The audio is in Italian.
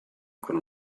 con